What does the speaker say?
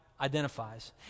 identifies